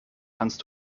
kannst